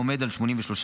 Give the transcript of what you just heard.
העומד על 83%,